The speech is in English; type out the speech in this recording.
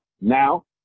Now